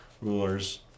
rulers